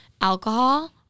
alcohol